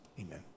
amen